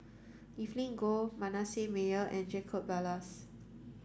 Evelyn Goh Manasseh Meyer and Jacob Ballas